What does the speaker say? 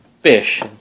fish